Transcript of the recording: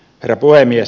herra puhemies